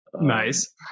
Nice